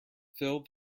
fill